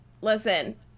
listen